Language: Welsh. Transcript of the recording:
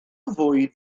fwyd